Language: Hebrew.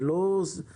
זה לא מידתי.